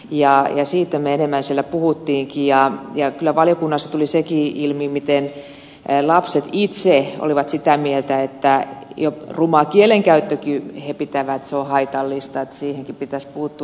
siitä me enemmän siellä puhuimmekin ja kyllä valiokunnassa tuli sekin ilmi miten lapset itse olivat sitä mieltä että jo rumaa kielenkäyttöäkin he pitävät haitallisena ja siihenkin pitäisi puuttua